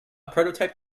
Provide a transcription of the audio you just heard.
prototype